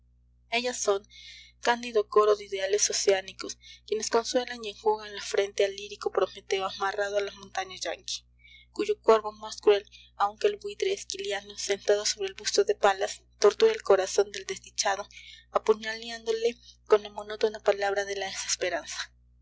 ellas son cándido coro de ideales oceánidos quienes consuelan y enjugan la frente al lírico prometeo amarrado a la montaña yankee cuyo cuervo más cruel aun que el buitre esquiliano sentado sobre el busto de palas tortura el corazón del desdichado apuñaleándole con la monótona palabra de la desesperanza